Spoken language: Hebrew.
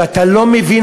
שאתה לא מבין,